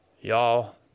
y'all